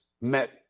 met